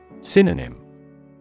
Synonym